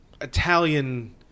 Italian